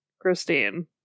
Christine